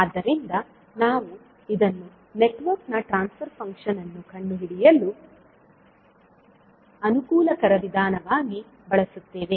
ಆದ್ದರಿಂದ ನಾವು ಇದನ್ನು ನೆಟ್ವರ್ಕ್ ನ ಟ್ರಾನ್ಸ್ ಫರ್ ಫಂಕ್ಷನ್ ಅನ್ನು ಕಂಡುಹಿಡಿಯಲು ಅನುಕೂಲಕರ ವಿಧಾನವಾಗಿ ಬಳಸುತ್ತೇವೆ